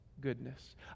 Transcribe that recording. goodness